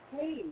Hey